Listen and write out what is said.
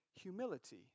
humility